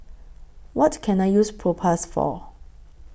What Can I use Propass For